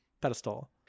pedestal